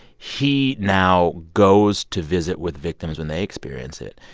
he now goes to visit with victims when they experience it.